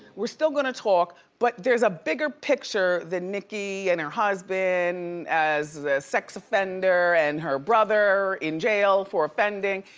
we're still gonna talk but there's a bigger picture than nicki and her husband as a sex offender and her brother in jail for offending.